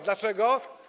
Dlaczego?